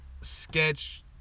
sketch